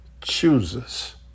chooses